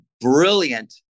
brilliant